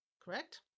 Correct